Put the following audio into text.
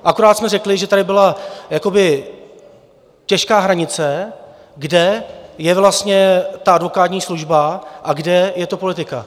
Akorát jsme řekli, že tady byla jakoby těžká hranice, kde je vlastně ta advokátní služba a kde je to politika.